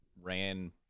ran